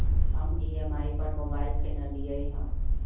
हम ई.एम.आई पर मोबाइल किनलियइ ह